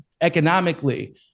economically